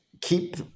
keep